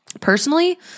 Personally